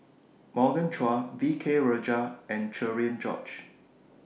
Morgan Chua V K Rajah and Cherian George